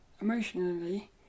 Emotionally